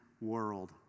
world